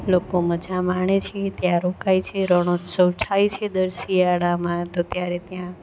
લોકો મઝા માણે છે ત્યાં રોકાય છે રણોત્ત્સવ થાય છે દર શિયાળામાં તો ત્યારે ત્યાં